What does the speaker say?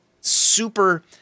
super